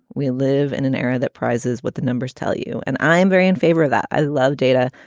we live in an era that prizes what the numbers tell you. and i am very in favor of that. i love data.